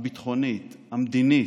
הביטחונית, המדינית,